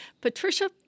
Patricia